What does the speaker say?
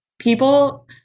people